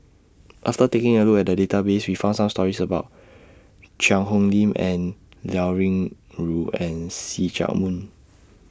after taking A Look At The Database We found Some stories about Cheang Hong Lim and Liao Yingru and See Chak Mun